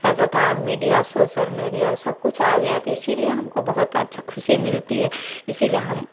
رہتا تھا اب میڈیا سوسل میڈیا سب کچھ آ گیا تو اسی لیے ہم کو بہت اچھا خوشی ملتی ہے اسی لیے ہم